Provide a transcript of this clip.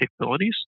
capabilities